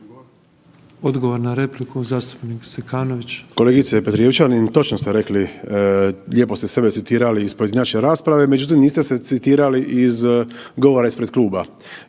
Odgovor na repliku, zastupnik Zekanović. **Zekanović, Hrvoje (HRAST)** Kolegice Petrijevčanin točno ste rekli lijepo ste sebe citirali iz pojedinačne rasprave, međutim niste se citirali iz govora ispred kluba